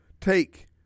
take